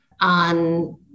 on